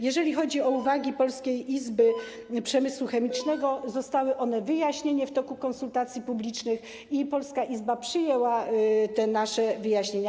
Jeżeli chodzi o uwagi Polskiej Izby Przemysłu Chemicznego, to zostały one wyjaśnione w toku konsultacji publicznych i polska izba przyjęła te nasze wyjaśnienia.